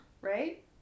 right